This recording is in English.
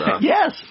Yes